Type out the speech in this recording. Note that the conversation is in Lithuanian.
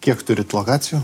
kiek turit lokacijų